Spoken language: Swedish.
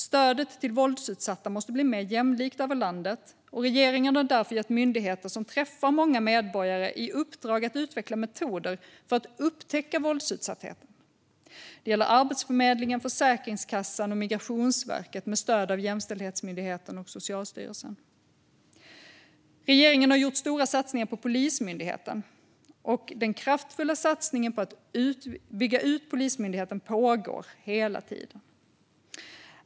Stödet till våldsutsatta måste bli mer jämlikt över landet. Regeringen har därför gett myndigheter som träffar många medborgare i uppdrag att utveckla metoder för att upptäcka våldsutsatthet. Det gäller Arbetsförmedlingen, Försäkringskassan och Migrationsverket med stöd av Jämställdhetsmyndigheten och Socialstyrelsen. Regeringen har gjort stora satsningar på Polismyndigheten, och den kraftfulla satsningen på att bygga ut Polismyndigheten pågår hela tiden.